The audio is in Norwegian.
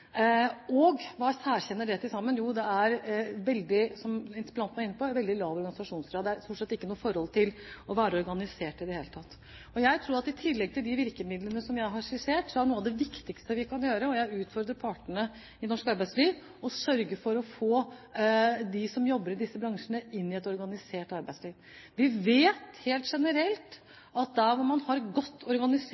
Og hva særkjenner disse? Jo, de har veldig – som interpellanten var inne på – lav organisasjonsgrad. De har stort sett ikke noe forhold til å være organisert i det hele tatt. Jeg tror at i tillegg til de virkemidlene som jeg har skissert, er noe av det viktigste vi kan gjøre – og jeg utfordrer partene i norsk arbeidsliv – å sørge for å få de som jobber i disse bransjene, inn i et organisert arbeidsliv. Vi vet helt generelt at der hvor man har et godt organisert